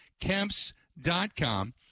KEMPS.com